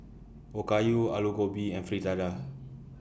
Okayu Alu Gobi and Fritada